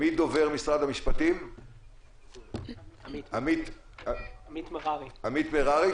עו"ד עמית מררי,